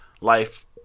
life